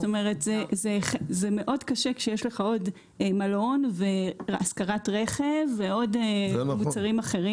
זה מאוד קשה כשיש לך עוד מלון והשכרת רכב ומוצרים אחרים.